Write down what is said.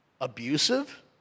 abusive